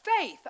faith